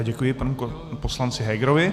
Děkuji panu poslanci Hegerovi.